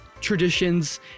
traditions